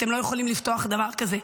אתם לא יכולים לפתוח דבר כזה.